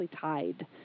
tied